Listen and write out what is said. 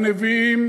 הנביאים